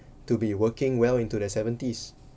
to be working well into their seventies